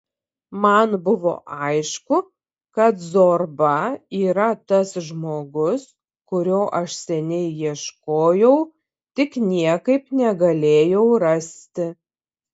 man buvo aišku kad zorba yra tas žmogus kurio aš seniai ieškojau tik niekaip negalėjau rasti